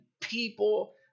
people